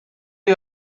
you